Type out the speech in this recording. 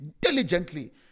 diligently